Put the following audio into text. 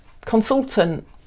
consultant